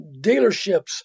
dealerships